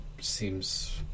seems